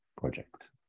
project